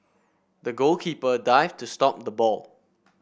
the goalkeeper dived to stop the ball